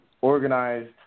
organized